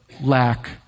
lack